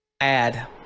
Add